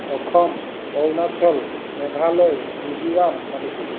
Assam Arunachal Meghalaya Mizoram Manipur